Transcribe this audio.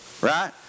right